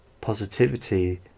positivity